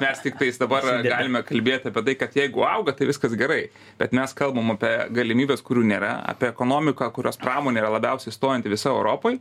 mes tiktais dabar galime kalbėti apie tai kad jeigu auga tai viskas gerai bet mes kalbam apie galimybes kurių nėra apie ekonomiką kurios pramonė yra labiausiai stojanti visoj europoj